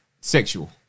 sexual